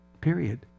Period